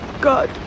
God